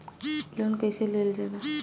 Loan कईसे लेल जाला?